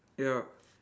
ya